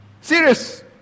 Serious